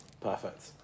Perfect